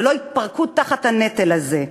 שלא יתפרקו תחת הנטל הזה.